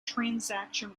transaction